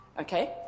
okay